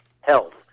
health